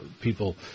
people